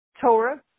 Torah